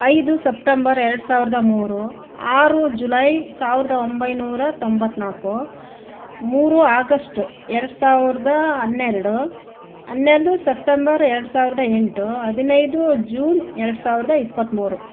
ಐದು ಸಪ್ಟಂಬರ್ ಎರಡು ಸಾವಿರದ ಮೂರು ಆರು ಜುಲೈ ಸಾವಿರದ ಒಂಬೈನೂರ ತೊಂಬತ್ತ ನಾಲ್ಕು ಮೂರು ಆಗಸ್ಟ್ ಎರಡು ಸಾವಿರದ ಹನ್ನೆರಡು ಹನ್ನೆರಡು ಸಪ್ಟಂಬರ್ ಎರಡು ಸಾವಿರದ ಎಂಟು ಹದಿನೈದು ಜೂನ್ ಎರಡು ಸಾವಿರದ ಇಪ್ಪತ್ಮೂರು